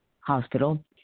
hospital